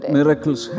miracles